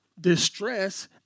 distress